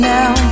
Now